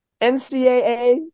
NCAA